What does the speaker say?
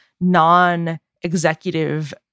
non-executive